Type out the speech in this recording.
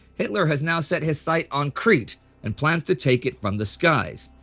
hitler has now set his sights on crete and plans to take it from the skies.